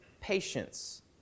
patience